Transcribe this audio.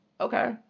okay